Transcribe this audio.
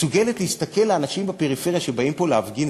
מסוגלת להסתכל על האנשים בפריפריה שבאים פה להפגין,